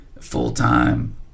full-time